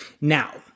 Now